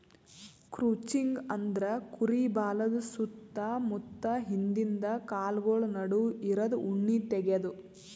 crutching ಅಂದ್ರ ಕುರಿ ಬಾಲದ್ ಸುತ್ತ ಮುತ್ತ ಹಿಂದಿಂದ ಕಾಲ್ಗೊಳ್ ನಡು ಇರದು ಉಣ್ಣಿ ತೆಗ್ಯದು